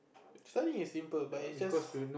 studying is simple but is just